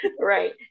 right